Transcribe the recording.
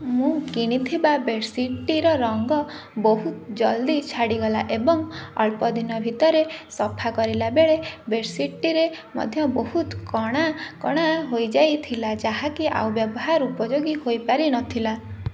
ମୁଁ କିଣିଥିବା ବେଡ଼ସିଟ୍ଟିର ରଙ୍ଗ ବହୁତ ଜଲ୍ଦି ଛାଡ଼ିଗଲା ଏବଂ ଅଳ୍ପଦିନ ଭିତରେ ସଫା କରିଲା ବେଳେ ବେଡ଼ସିଟ୍ଟିରେ ମଧ୍ୟ ବହୁତ କଣା କଣା ହୋଇଯାଇଥିଲା ଯାହା କି ଆଉ ବ୍ୟବହାର ଉପଯୋଗୀ ହୋଇପାରିନଥିଲା